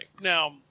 now